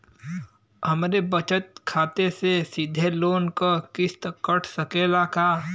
हमरे बचत खाते से सीधे लोन क किस्त कट सकेला का?